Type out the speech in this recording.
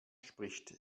spricht